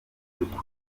by’ukuri